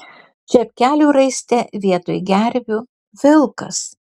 čepkelių raiste vietoj gervių vilkas